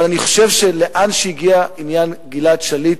אבל אני חושב שלאן שהגיע עניין גלעד שליט,